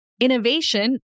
innovation